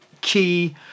key